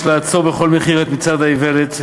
יש לעצור בכל מחיר את מצעד האיוולת,